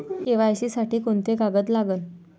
KYC साठी कोंते कागद लागन?